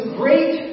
great